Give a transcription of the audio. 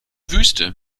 wüste